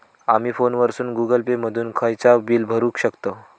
आमी फोनवरसून Google Pay मधून खयचाव बिल भरुक शकतव